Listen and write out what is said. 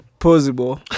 possible